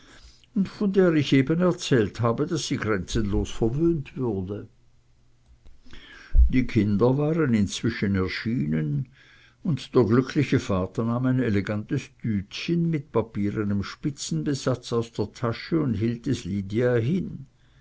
und von der ich eben erzählt habe daß sie grenzenlos verwöhnt würde die kinder waren inzwischen erschienen und der glückliche vater nahm ein elegantes tütchen mit papierenem spitzenbesatz aus der tasche und hielt es lydia hin